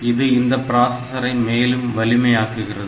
இது இந்த பிராஸஸரை மேலும் வலிமை ஆக்குகிறது